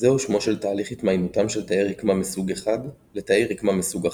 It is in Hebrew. - זהו שמו של תהליך התמיינותם של תאי רקמה מסוג אחד לתאי רקמה מסוג אחר.